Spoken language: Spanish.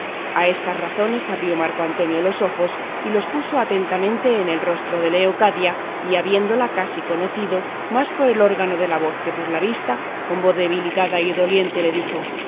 a estas razones abrió marco antonio los ojos y los puso atentamente en el rostro de leocadia y habiéndola casi conocido más por el órgano de la voz que por la vista con voz debilitada y doliente le dijo